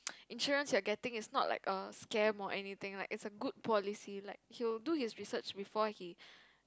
insurance you're getting is not like a scam or anything like it's a good policy like he will do his research before he